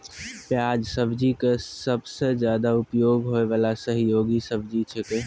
प्याज सब्जी के सबसॅ ज्यादा उपयोग होय वाला सहयोगी सब्जी छेकै